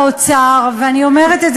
אני אומר לכם,